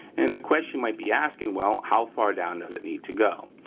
and the question might be asking, well, how far down does it need to go?